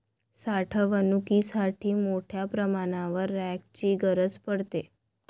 साठवणुकीसाठी मोठ्या प्रमाणावर रॅकची गरज पडते